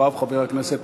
רק עכשיו נכנסתי,